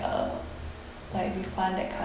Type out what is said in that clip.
uh like refund that kind